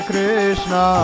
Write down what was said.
Krishna